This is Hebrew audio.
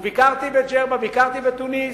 ביקרתי בג'רבה, ביקרתי בתוניס,